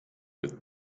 with